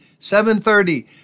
7.30